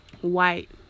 white